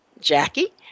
Jackie